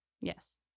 yes